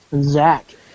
Zach